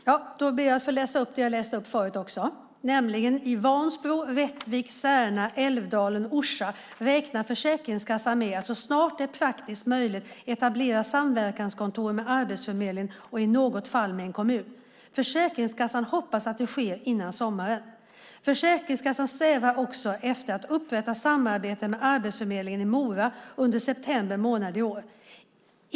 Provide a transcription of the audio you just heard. Herr talman! Då ber jag att få läsa upp det som jag läste upp förut: I Vansbro, Rättvik, Särna, Älvdalen och Orsa räknar Försäkringskassan med att så snart det är praktiskt möjligt etablera samverkanskontor med Arbetsförmedlingen och i något fall med en kommun. Försäkringskassan hoppas att det sker före sommaren. Försäkringskassan strävar också efter att upprätta samarbete med Arbetsförmedlingen i Mora under september månad i år.